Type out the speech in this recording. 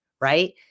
Right